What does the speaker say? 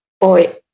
boy